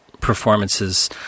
performances